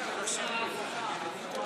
הסתה.